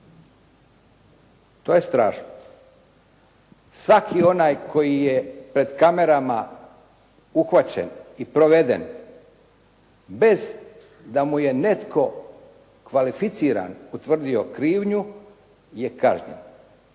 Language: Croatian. To je strašno. Svaki onaj koji je pred kamerama uhvaćen i proveden bez da mu je netko kvalificiran utvrdio krivnju je kažnjen.